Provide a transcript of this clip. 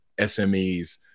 SMEs